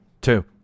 two